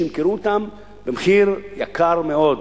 שימכרו אותן במחיר יקר מאוד.